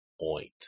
point